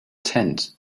tent